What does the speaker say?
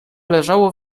leżało